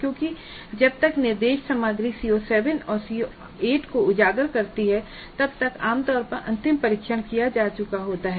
क्योंकि जब तक निर्देश सामग्री CO7 और CO8 को उजागर करती है तब तक आमतौर पर अंतिम परीक्षण किया जा चुका होता है